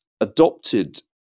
adopted